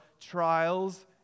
trials